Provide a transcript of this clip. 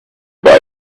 buy